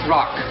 Rock